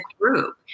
group